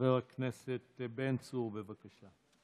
חבר הכנסת בן צור, בבקשה.